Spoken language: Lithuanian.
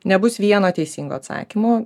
nebus vieno teisingo atsakymo